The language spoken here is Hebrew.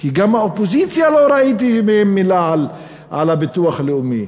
כי גם מהאופוזיציה לא שמעתי מילה על הביטוח הלאומי.